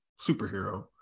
superhero